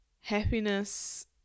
happiness